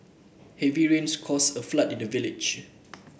heavy rains caused a flood in the village